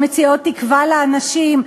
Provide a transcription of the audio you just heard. שמציעות תקווה לאנשים,